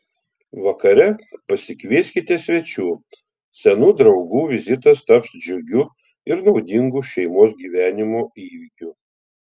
vakare pasikvieskite svečių senų draugų vizitas taps džiugiu ir naudingu šeimos gyvenimo įvykiu